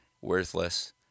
worthless